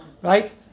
right